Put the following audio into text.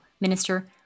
Minister